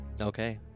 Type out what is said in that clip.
okay